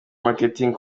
marketing